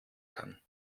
kann